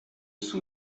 sous